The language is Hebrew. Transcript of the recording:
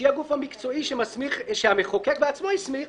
שהיא הגוף המקצועי שהמחוקק בעצמו הסמיך לעסוק